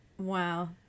Wow